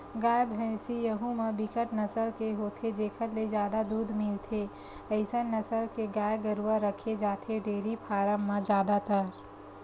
गाय, भइसी यहूँ म बिकट नसल के होथे जेखर ले जादा दूद मिलथे अइसन नसल के गाय गरुवा रखे जाथे डेयरी फारम म जादातर